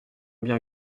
bien